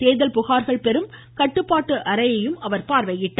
தேர்தல் புகார்கள் பெறும் கட்டுப்பாட்டு அறையையும் அவர் பார்வையிட்டார்